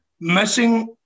missing